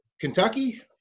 Kentucky